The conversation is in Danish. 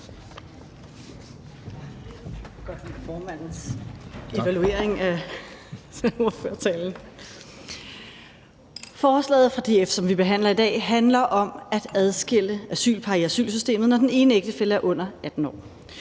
Forslaget fra DF, som vi behandler i dag, handler om at adskille asylpar i asylsystemet, når den ene ægtefælle er under 18 år.